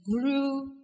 grew